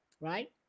right